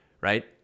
right